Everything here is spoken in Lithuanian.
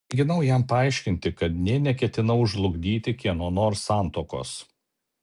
mėginau jam paaiškinti kad nė neketinau žlugdyti kieno nors santuokos